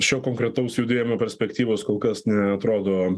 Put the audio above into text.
šio konkretaus judėjimo perspektyvos kol kas neatrodo